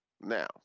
Now